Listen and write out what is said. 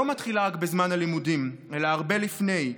מתחילה רק בזמן הלימודים אלא הרבה לפני.